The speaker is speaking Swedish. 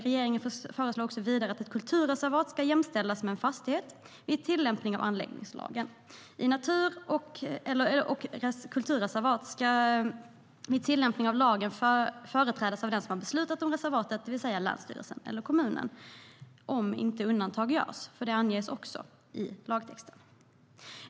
Regeringen föreslår vidare att ett kulturreservat ska jämställas med en fastighet vid tillämpning av anläggningslagen. Ett natur eller kulturreservat ska vid tillämpning av lagen företrädas av den som har beslutat om reservatet, det vill säga länsstyrelsen eller kommunen, om inte undantag görs - det anges också i lagtexten.